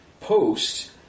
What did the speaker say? post